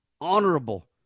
honorable